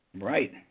Right